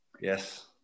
Yes